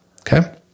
okay